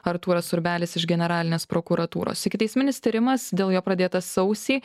artūras urbelis iš generalinės prokuratūros ikiteisminis tyrimas dėl jo pradėtas sausį